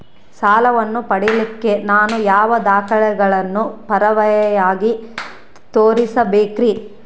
ಸಾಲವನ್ನು ಪಡಿಲಿಕ್ಕೆ ನಾನು ಯಾವ ದಾಖಲೆಗಳನ್ನು ಪುರಾವೆಯಾಗಿ ತೋರಿಸಬೇಕ್ರಿ?